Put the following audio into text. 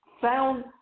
found